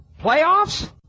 playoffs